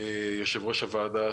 יושב-ראש הוועדה,